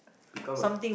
become a